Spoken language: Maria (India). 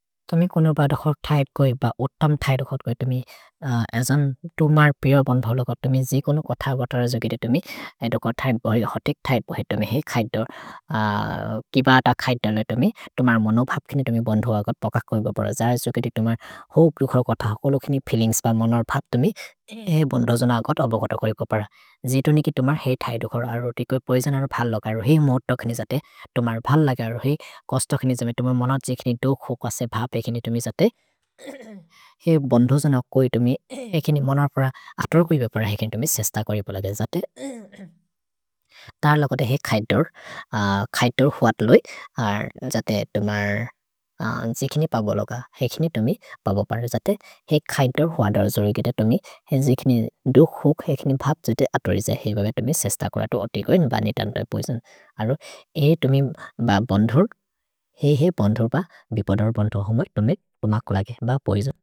तोमि कोनो बद क्सोर् थय्त् कोइ ब ओर्तम् थय्त् ओ क्सोद् कोइ तुमि अजन् तुमर् पिअ बन्धोलो कोद् तुमि जि कोनो कोथगतर जोगेति तुमि एदोक थय्त् बोहि होतिक् थय्त् बोहि तुमि हेइ खय्त् दो। किबद खय्त् तले तुमि तुमर् मोनोभप् किनि तुमि बन्धोलो कोद् पकक् कोइ बपर। जयि जोगेति तुमर् होक् रुखर् कोथगकोलो किनि फीलिन्ग्स् ब मनोर् भप् तुमि हेइ बन्धोजोन कोद् अबोगद कोइ बपर। जितुनि कि तुमर् हेइ थय्त् ओ खोर् अरोति कोइ पैजन अरो भल् लोगरो हि मोद् तोखिनि जते। तुमर् भल् लोगरो हि कोस् तोखिनि जमे तुमर् मनोर् जिख्नि दो खोक् असे भप् एकिनि तुमि जते। हेइ बन्धोजोन कोइ तुमि एकिनि मनोर् पर अतोर् भि बपर एकिनि तुमि सेस्त करि बोलदे जते। तल कोदे हेइ खय्तोर्, खय्तोर् होअत् लोइ। अर् जते तुमर् जिख्नि पबोल क एकिनि तुमि पबोल पर जते। हेइ खय्तोर् होअत् लोइ जते तुमि हेइ जिख्नि दो खोक् एकिनि भप् जिते अतोरि जते। हेइ भपे तुमि सेस्त करतो ओतिकोएन् बनि तन्ते पैजन। अरो हेइ तुमि ब बन्धोज्, हेइ हेइ बन्धोज् ब बिपदर् बन्धोज् होमो तुमि कुम कोलगे ब पैजन।